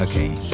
Okay